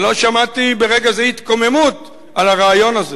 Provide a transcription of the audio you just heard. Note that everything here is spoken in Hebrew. ולא שמעתי ברגע זה התקוממות על הרעיון הזה.